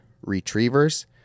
Retrievers